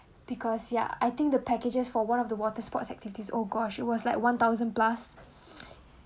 because ya I think the packages for one of the water sports activities oh gosh it was like one thousand plus